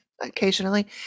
occasionally